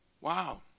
Wow